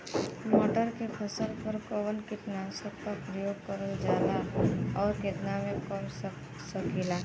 मटर के फसल पर कवन कीटनाशक क प्रयोग करल जाला और कितना में कर सकीला?